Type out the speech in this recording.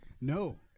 no